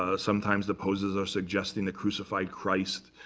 ah sometimes the poses are suggesting the crucified christ,